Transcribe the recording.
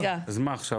אז מה עכשיו?